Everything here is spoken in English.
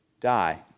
die